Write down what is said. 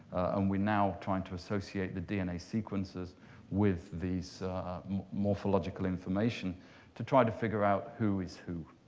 and we're now trying to associate the dna sequences with these morphological information to try to figure out who is who.